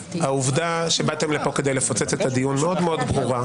העובדה שבאתם לפה כדי לפוצץ את הדיון מאוד ברורה.